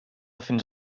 fins